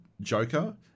Joker